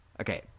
Okay